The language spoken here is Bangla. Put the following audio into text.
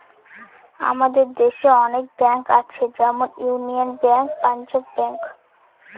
আমাদের দেশে অনেক ব্যাঙ্ক আছে যেমন ইউনিয়ান ব্যাঙ্ক, পাঞ্জাব ব্যাঙ্ক